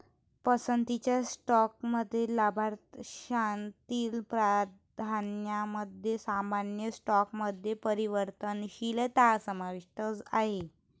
पसंतीच्या स्टॉकमध्ये लाभांशातील प्राधान्यामध्ये सामान्य स्टॉकमध्ये परिवर्तनशीलता समाविष्ट आहे